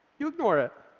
you ignore it.